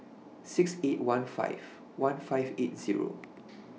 six eight one five one five eight Zero